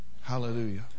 Hallelujah